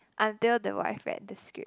until the wife read the script